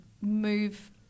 move